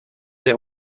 der